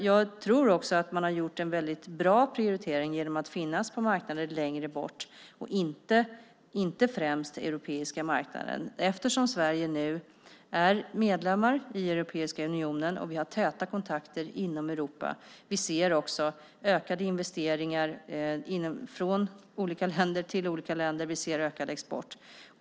Jag tror också att man har gjort en väldigt bra prioritering genom att finnas på marknader längre bort och inte främst på den europeiska marknaden, eftersom Sverige nu är medlem i Europeiska unionen, och vi har täta kontakter inom Europa. Vi ser också ökade investeringar från olika länder till olika länder. Vi ser ökad export.